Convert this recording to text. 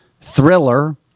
thriller